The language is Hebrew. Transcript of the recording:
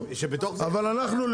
אבל אנחנו,